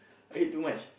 I ate too much